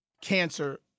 cancer